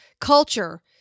culture